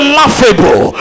laughable